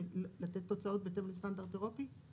ולתת תוצאות בהתאם לסטנדרט אירופי?